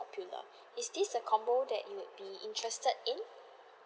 popular is this the combo that you would be interested in